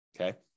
Okay